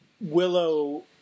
Willow